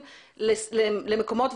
למקומות,